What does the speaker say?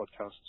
podcasts